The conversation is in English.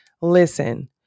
listen